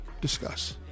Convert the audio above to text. Discuss